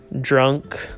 drunk